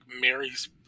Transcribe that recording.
Mary's